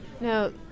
Now